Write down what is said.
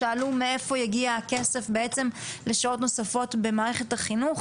שאלו מאיפה יגיע הכסף בעצם לשעות נוספות במערכת החינוך?